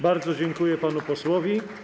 Bardzo dziękuję panu posłowi.